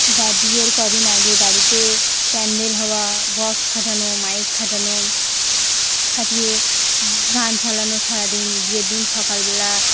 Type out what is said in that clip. বা বিয়ের কদিন আগে বাড়িতে প্যান্ডেল হওয়া বক্স খাটানো মাইক খাটানো খাটিয়ে গান চালানো সারাদিন বিয়ের দিন সকালবেলা